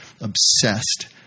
obsessed